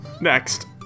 Next